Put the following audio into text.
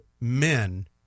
men